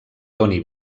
doni